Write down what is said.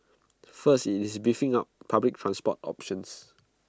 first IT is beefing up public transport options